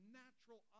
natural